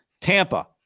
Tampa